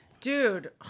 Dude